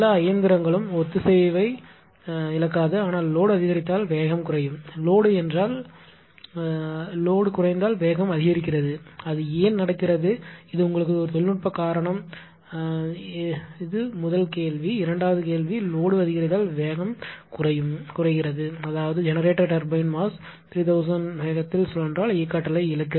எல்லா இயந்திரங்களும் ஒத்திசைவை இழக்காது ஆனால் லோடு அதிகரித்ததால் வேகம் குறையும் லோடு என்றால் லோடு குறைந்தால் வேகம் அதிகரிக்கிறது அது ஏன் நடக்கிறது இது உங்களுக்கு ஒரு தொழில்நுட்பக் காரணம் என்ன இது முதல் கேள்வி இரண்டாவது கேள்வி என்னவென்றால் லோடு அதிகரித்தால் வேகம் குறைகிறது அதாவது ஜெனரேட்டர் டர்பைன் மாஸ் 3000 rpm வேகத்தில் சுழன்றால் இயக்க ஆற்றலை இழக்கும்